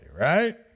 right